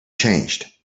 changed